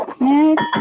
Next